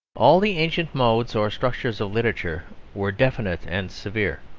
all the ancient modes or structures of literature were definite and severe.